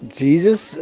jesus